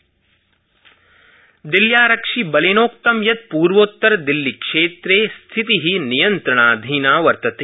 दिल्लीहिंसा दिल्ल्यारक्षिबलेनोक्तं यत् पूर्वोत्तरदिल्लीक्षेत्रे स्थिति नियन्त्रणाधीना वर्तते